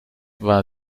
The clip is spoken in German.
war